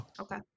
Okay